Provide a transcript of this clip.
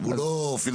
הוא לא פילנתרופ.